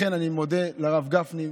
לכן אני מודה לרב גפני,